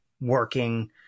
working